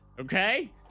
Okay